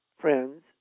Friends